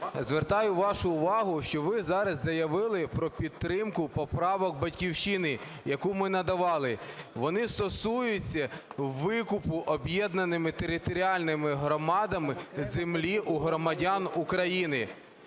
звертаю вашу увагу, що ви зараз заявили про підтримку поправок "Батьківщини", які ми надавали. Вони стосуються викупу об'єднаними територіальними громадами землі у громадян України.